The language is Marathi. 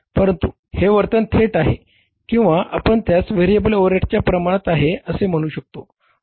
परंतु हे वर्तन थेट आहे किंवा आपण त्यास व्हेरिएबल ओव्हरहेड्सच्या प्रमाणात आहे असे म्हणू शकतो